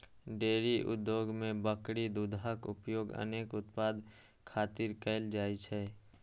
dairy उद्योग मे बकरी दूधक उपयोग अनेक उत्पाद खातिर कैल जाइ छै